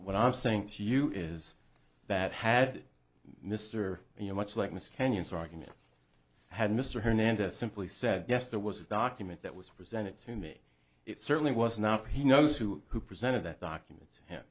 hat i'm saying to you is that had mr you know much like mr kenyon's argument had mr hernandez simply said yes there was a document that was presented to me it certainly was not he knows who who presented that document